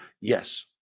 Yes